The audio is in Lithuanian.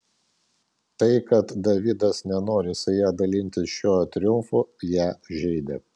tai kad davidas nenori su ja dalintis šiuo triumfu ją žeidė